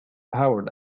powered